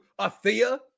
Athea